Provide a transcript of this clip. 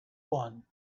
one